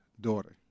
daughter